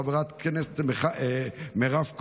חברת הכנסת מירב כהן,